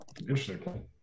Interesting